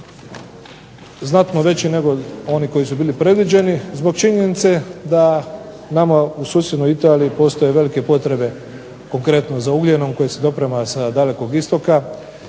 znatno veći nego oni koji su bili predviđeni zbog činjenice da nama u susjednoj Italiji postoje velike potrebe konkretno za ugljenom koji se doprema sa dalekog istoka